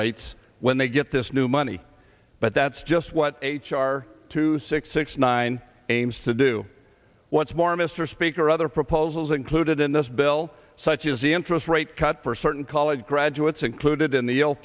rates when they get this new money but that's just what h r two six six nine aims to do what's more mr speaker other proposals included in this bill such as the interest rate cut for certain college graduates included in the